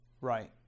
Right